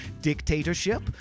dictatorship